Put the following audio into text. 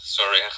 Sorry